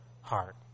heart